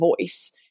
voice